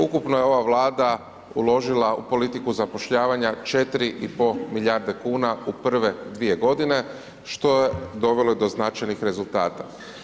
Ukupno je ova Vlada uložila u politiku zapošljavanja 4 i pol milijarde kuna u prve dvije godine, što je dovelo i do značajnih rezultata.